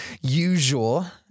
usual